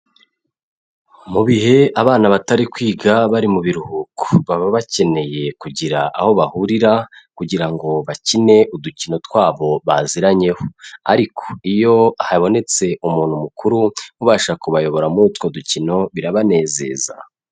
Mu bihe abana batari kwiga bari mu biruhuko, baba bakeneye kugira aho bahurira, kugira ngo bakine udukino twabo baziranyeho, ariko iyo habonetse umuntu mukuru, ubasha kubayobora muri utwo dukino birabanezeza.